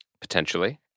potentially